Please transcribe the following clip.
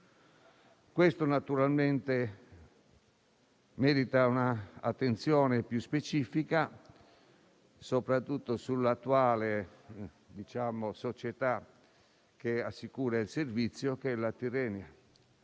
Questo naturalmente merita un'attenzione più specifica, soprattutto sull'attuale società che assicura il servizio che è la Tirrenia